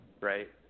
right